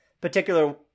particular